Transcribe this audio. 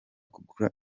kugura